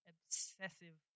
obsessive